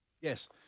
Yes